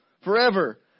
forever